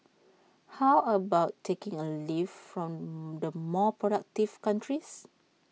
how about taking A leaf from the more productive countries